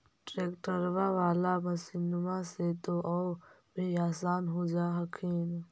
ट्रैक्टरबा बाला मसिन्मा से तो औ भी आसन हो जा हखिन?